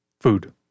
Food